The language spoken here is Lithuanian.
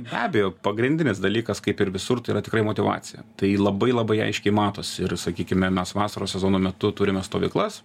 be abejo pagrindinis dalykas kaip ir visur tai yra tikrai motyvacija tai labai labai aiškiai matosi ir sakykime mes vasaros sezono metu turime stovyklas